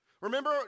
Remember